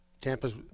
Tampa's